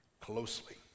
closely